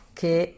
che